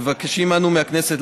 מבקשים אנו מהכנסת,